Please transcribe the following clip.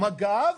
אגב,